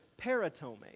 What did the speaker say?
paratome